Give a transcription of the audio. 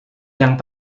yang